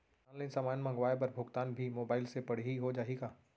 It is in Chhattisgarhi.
ऑनलाइन समान मंगवाय बर भुगतान भी मोबाइल से पड़ही हो जाही का?